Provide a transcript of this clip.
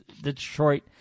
Detroit